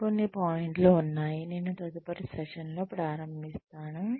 మరికొన్ని పాయింట్లు ఉన్నాయి నేను తదుపరి సెషన్లో ప్రారంభిస్తాను